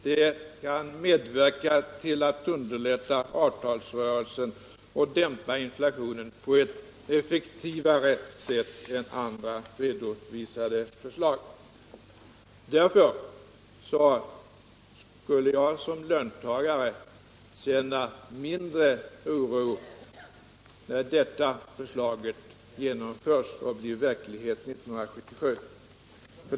Det kan medverka till att underlätta avtalsrörelsen och dämpa inflationen på ett effektivare sätt än andra redovisade förslag. Därför skulle jag som löntagare känna mindre oro om detta förslag genomförs och blir verklighet 1977.